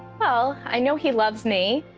well, i know he loves me.